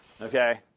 Okay